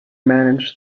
managed